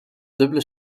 dubbele